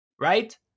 right